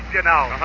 you know.